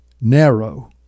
narrow